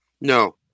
No